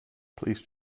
please